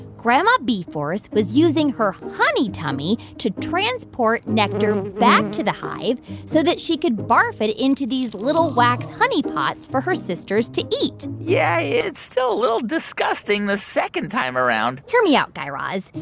grandma bee-force was using her honey tummy to transport nectar back to the hive so that she could barf it into these little wax honey pots for her sisters to eat yeah, it's still a little disgusting the second time around hear me out, guy raz.